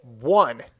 one